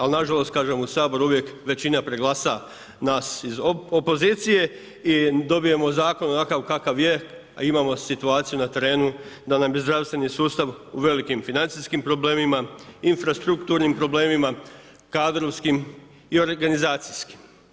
Ali nažalost, kažem, u Saboru uvijek većina preglasa nas iz opozicije i dobijemo zakon onakav kakav je, a imamo situaciju na terenu da nam je zdravstveni sustav u velikim financijskim problemima, infrastrukturnim problemima, kadrovskim i organizacijskim.